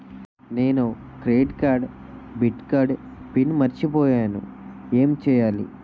నేను credit card debit card PIN మర్చిపోయేను ఎం చెయ్యాలి?